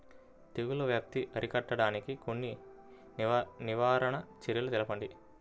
తెగుళ్ల వ్యాప్తి అరికట్టడానికి కొన్ని నివారణ చర్యలు తెలుపండి?